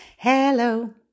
Hello